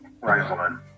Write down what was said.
Rifleman